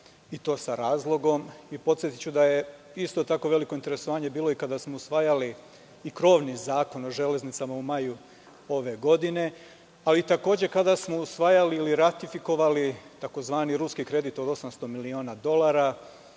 i to sa razlogom. Podsetiću da je isto tako veliko interesovanje bilo i kada smo usvajali krovni Zakon o železnicama u maju ove godine, a takođe i kada smo usvajali ili ratifikovali tzv. ruski kredit od 800 miliona dolara